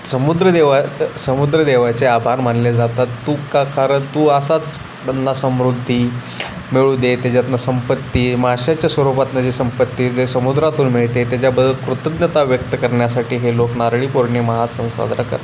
समुद्र देवा समुद्र देवाचे आभार मानले जातात तू का कारण तू असाच त्यांना समृद्धी मिळू दे त्याच्यातून संपत्ती माशाच्या स्वरूपातून जे संपत्ती जे समुद्रातून मिळते त्याच्याबद्दल कृतज्ञता व्यक्त करण्यासाठी हे लोक नारळी पौर्णिमा हा सण साजरा करतात